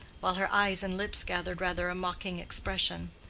while her eyes and lips gathered rather a mocking expression.